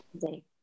today